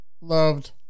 loved